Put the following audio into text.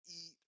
eat